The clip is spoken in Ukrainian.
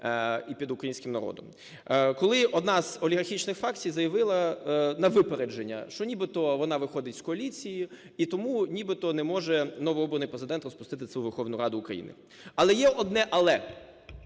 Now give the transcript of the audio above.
і перед українським народом. Коли одна з олігархічних фракцій заявила на випередження, що нібито вона виходить з коаліції, і тому нібито не може новообраний Президент розпустити цю Верховну Раду України. Але є одне "але":